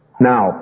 Now